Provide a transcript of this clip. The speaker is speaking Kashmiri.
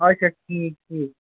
آچھا ٹھیٖک ٹھیٖک